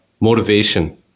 motivation